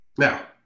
Now